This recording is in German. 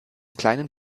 kleinen